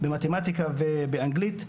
במתמטיקה ובאנגלית.